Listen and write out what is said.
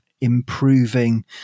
improving